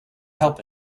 help